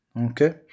okay